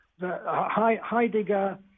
Heidegger